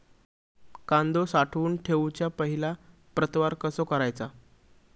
कांदो साठवून ठेवुच्या पहिला प्रतवार कसो करायचा?